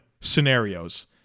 scenarios